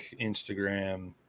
Instagram